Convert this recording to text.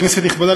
כנסת נכבדה,